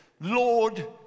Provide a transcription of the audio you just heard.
Lord